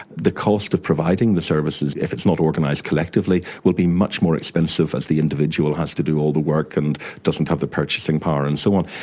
the cost of providing the services, if it's not organised collectively, will be much more expensive as the individual has to do all the work and doesn't have the purchasing power and so on.